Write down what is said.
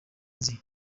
nzi